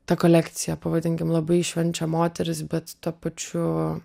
ta kolekcija pavadinkim labai švenčia moteris bet tuo pačiu